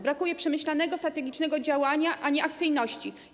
Brakuje przemyślanego, strategicznego działania, a nie akcyjności.